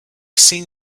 seen